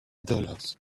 dollars